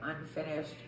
unfinished